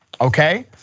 okay